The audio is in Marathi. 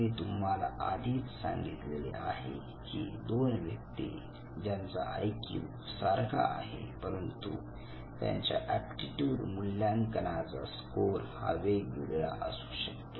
मी तुम्हाला आधीच सांगितलेले आहे की दोन व्यक्ती ज्यांचा आई क्यू सारखा आहे परंतु त्यांच्या एप्टीट्यूड मूल्यांकनाचा स्कोर हा वेगवेगळा असू शकतो